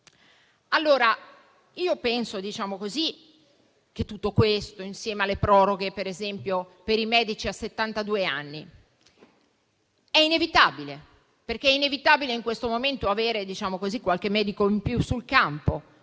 Penso che tutto questo, insieme alle proroghe ad esempio per i medici a settantadue anni, sia inevitabile, perché è inevitabile in questo momento avere qualche medico in più sul campo.